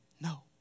No